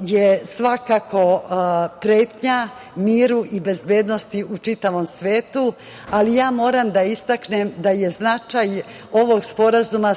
je svakako pretnja miru i bezbednosti u čitavom svetu, ali ja moram da istaknem da je značaj ovog sporazuma